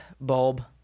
bulb